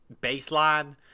baseline